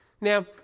Now